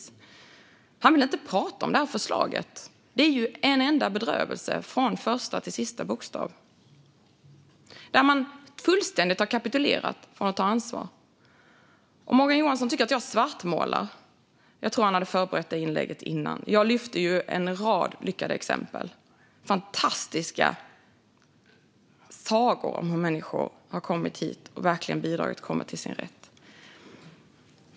Han vill inte prata om det här förslaget, för det är en enda bedrövelse från första till sista bokstav. Man har fullständigt kapitulerat från ansvaret. Morgan Johansson tycker att jag svartmålar, men jag tror att han hade förberett sitt inlägg före debatten. Jag lyfte ju en rad lyckade exempel på människor som har kommit hit, verkligen bidragit och kommit till sin rätt - fantastiska sagor.